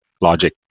logic